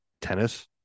tennis